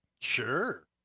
Sure